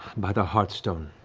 by the heartstone,